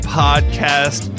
podcast